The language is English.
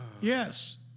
Yes